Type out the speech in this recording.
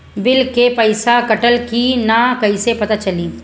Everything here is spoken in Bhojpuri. बिल के पइसा कटल कि न कइसे पता चलि?